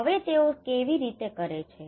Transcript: હવે તેઓ તે કેવી રીતે કરે છે